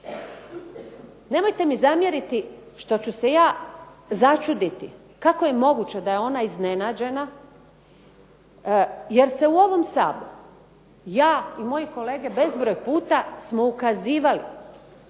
Nemojte mi zamjeriti što ću se ja začuditi kako je moguće da je ona iznenađena jer se u ovom Saboru ja i moji kolege bezbroj puta smo ukazivali